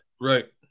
Right